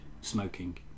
smoking